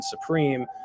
supreme